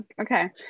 Okay